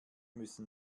müssen